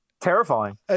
terrifying